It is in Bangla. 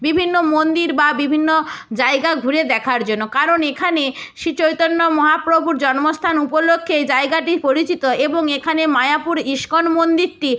বিভিন্ন মন্দির বা বিভিন্ন জায়গা ঘুরে দেখার জন্য কারণ এখানে শ্রী চৈতন্য মহাপ্রভুর জন্মস্থান উপলক্ষে এই জায়গাটি পরিচিত এবং এখানে মায়াপুর ইস্কন মন্দিরটি